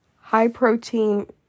high-protein